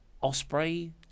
Osprey